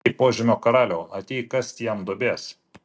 ei požemio karaliau ateik kasti jam duobės